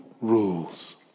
rules